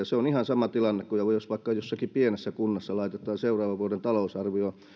se on ihan sama tilanne kuin jos vaikka jossakin pienessä kunnassa laitetaan seuraavan vuoden talousarvioon